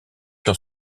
dans